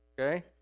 okay